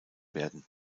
werden